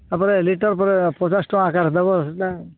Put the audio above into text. ତାପରେ ଲିଟର ପ ପଚାଶ ଟଙ୍କା କାଟିଦେବ ସୁଦ୍ଧା